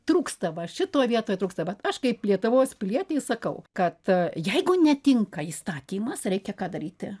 trūksta va šitoj vietoj trūksta vat aš kaip lietuvos pilietė sakau kad jeigu netinka įstatymas reikia ką daryti